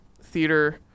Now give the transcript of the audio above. theater